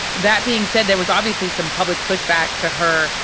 that being said, there was obviously some public pushback to her.